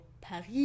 Paris